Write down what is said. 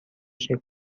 شکلی